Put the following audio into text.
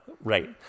Right